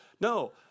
No